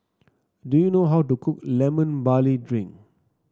do you know how to cook Lemon Barley Drink